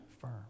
firm